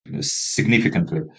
significantly